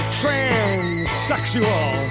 transsexual